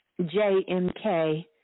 JMK